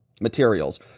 materials